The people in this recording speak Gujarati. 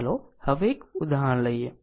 ચાલો હવે એક ઉદાહરણ લઈએ